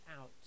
out